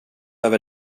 över